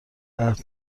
عهد